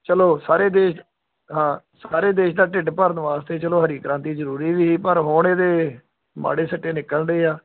ਚਲੋ ਸਾਰੇ ਦੇਸ਼ ਹਾਂ ਸਾਰੇ ਦੇਸ਼ ਦਾ ਢਿੱਡ ਭਰਨ ਵਾਸਤੇ ਚਲੋ ਹਰੀ ਕ੍ਰਾਂਤੀ ਜ਼ਰੂਰੀ ਵੀ ਸੀ ਪਰ ਹੁਣ ਇਹਦੇ ਮਾੜੇ ਸਿੱਟੇ ਨਿਕਲ ਰਹੇ ਆ